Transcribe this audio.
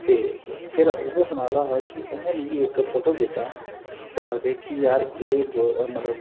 ते फिर उ'यै सना दा हा कि उनें मिगी इक फोटो दित्ता ओह् आखदे कि यार एह् मतलब